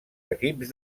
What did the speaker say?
equips